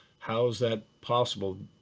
how is that possible?